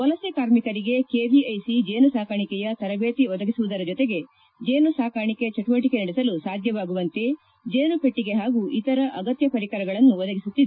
ವಲಸೆ ಕಾರ್ಮಿಕರಿಗೆ ಕೆವಿಐಸಿ ಜೇನು ಸಾಕಾಣಿಕೆಯ ತರಬೇತಿ ಒದಗಿಸುವುದರ ಜೊತೆಗೆ ಜೇನು ಸಾಕಾಣಿಕೆ ಚಟುವಟಿಕೆ ನಡೆಸಲು ಸಾಧ್ಯವಾಗುವಂತೆ ಜೇನು ಪೆಟ್ಟಗೆ ಹಾಗೂ ಇತರ ಅಗತ್ನ ಪರಿಕರಗಳನ್ನು ಒದಗಿಸುತ್ತಿದೆ